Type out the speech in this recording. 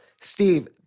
Steve